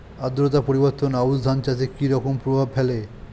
আদ্রতা পরিবর্তন আউশ ধান চাষে কি রকম প্রভাব ফেলে?